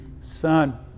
Son